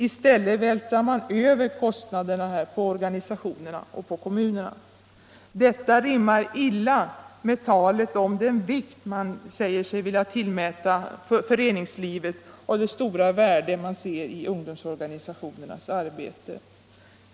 I stället vältrar man över kostnaderna på organisationerna och kommunerna. Detta rimmar illa med talet om den vikt man säger sig tillmäta föreningslivet och det stora värde man ser i ungdomsorganisationernas arbete.